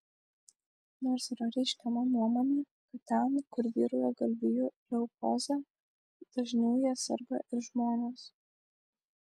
nors yra reiškiama nuomonė kad ten kur vyrauja galvijų leukozė dažniau ja serga ir žmonės